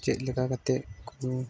ᱪᱮᱫ ᱞᱮᱠᱟ ᱠᱟᱛᱮᱫ ᱠᱚ